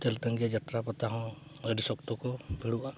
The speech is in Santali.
ᱡᱟᱛᱨᱟ ᱯᱟᱛᱟ ᱦᱚᱸ ᱟᱹᱰᱤ ᱥᱚᱠᱛᱚ ᱠᱚ ᱵᱷᱤᱲᱚᱜᱼᱟ